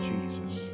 Jesus